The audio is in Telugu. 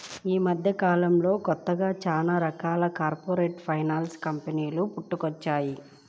యీ మద్దెకాలంలో కొత్తగా చానా రకాల కార్పొరేట్ ఫైనాన్స్ కంపెనీలు పుట్టుకొచ్చినియ్యి